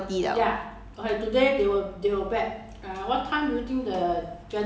我有朋友都是用 bubble tea liao